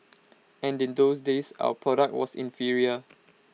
and in those days our product was inferior